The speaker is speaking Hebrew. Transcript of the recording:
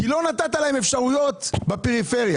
כי לא נתת להם אפשרויות בפריפריה.